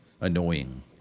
annoying